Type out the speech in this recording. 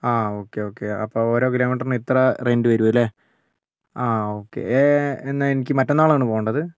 ആ okay okay അപ്പോൾ ഓരോ കിലോമീറ്ററിനും ഇത്ര റെൻ്റ് വരും അല്ലെ ആ ഓക്കേ എന്നാൽ എനിക്ക് മറ്റന്നാളാണ് പോവേണ്ടത്